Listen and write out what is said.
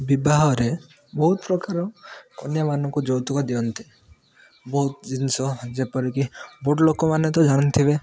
ବିବାହରେ ବହୁତ ପ୍ରକାର କନ୍ୟାନଙ୍କୁ ଯୌତୁକ ଦିଅନ୍ତି ବହୁତ ଜିନିଷ ଯେପରିକି ବହୁତ ଲୋକମାନେ ତ ଜାଣିଥିବେ